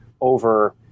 over